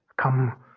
come